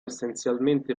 essenzialmente